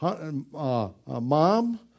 Mom